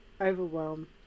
overwhelm